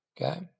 Okay